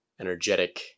energetic